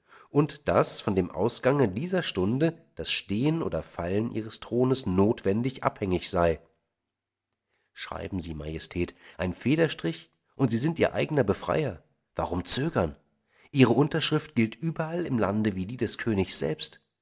und daß von dem ausgange dieser stunde das stehen oder fallen ihres thrones notwendig abhängig sei schreiben sie majestät ein federstrich und sie sind ihr eigener befreier warum zögern ihre unterschrift gilt überall im lande wie die des königs selbst